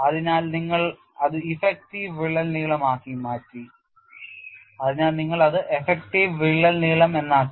അതിനാൽ നിങ്ങൾ അത് effective വിള്ളൽ നീളം എന്നാക്കി